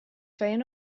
feien